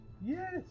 Yes